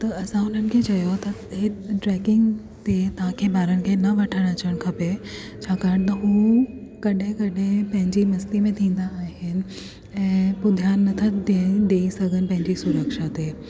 त असां उन्हनि खे चयो त हे ट्रेकिंग ते तव्हांखे ॿारनि खे न वठण अचणु खपे छाकाणि त हू कॾहिं कॾहिं पंहिंजी मस्ती में थींदा आहिनि ऐं पोइ ध्यानु नथा ॾियनि ॾेई सघनि पंहिंजी सुरक्षा ते